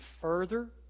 further